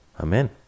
amen